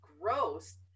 gross